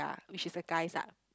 ah which is the guys ah